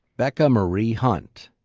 becca marie hunt.